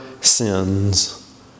sins